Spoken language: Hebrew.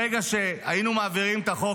ברגע שהיינו מעבירים את החוק,